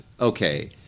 okay